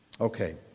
Okay